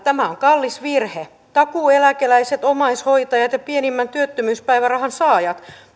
tämä on kallis virhe takuueläkeläiset omaishoitajat ja pienimmän työttömyyspäivärahan saajat